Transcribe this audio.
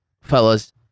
fellas